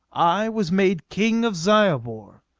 i was made king of zyobor,